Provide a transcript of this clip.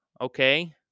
Okay